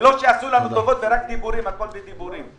ולא שיעשו לנו טובות ורק דיבורים והכול בדיבורים.